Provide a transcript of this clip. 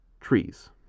Trees